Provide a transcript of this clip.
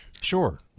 Sure